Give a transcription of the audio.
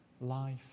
life